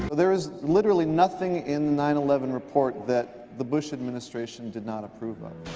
there is literally nothing in the nine eleven report that the bush administration did not approve of.